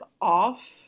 off